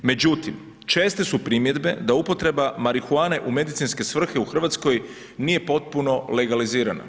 Međutim, česte su primjedbe da upotreba marihuane u medicinske svrhe u Hrvatskoj nije potpuno legalizirana.